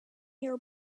your